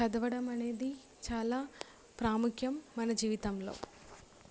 చదవడం అనేది చాలా ప్రాముఖ్యం మన జీవితంలో